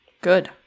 Good